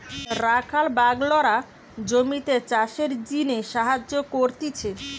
রাখাল বাগলরা জমিতে চাষের জিনে সাহায্য করতিছে